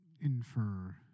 infer